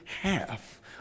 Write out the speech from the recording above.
half